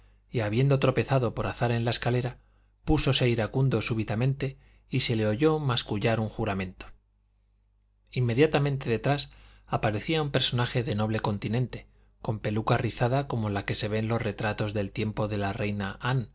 y habiendo tropezado por azar en la escalera púsose iracundo súbitamente y se le oyó mascullar un juramento inmediatamente detrás aparecía un personaje de noble continente con peluca rizada como la que se ve en los retratos del tiempo de la reina anne